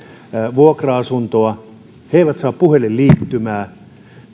vuokra asuntoa he eivät saa puhelinliittymää